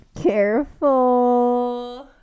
Careful